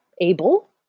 able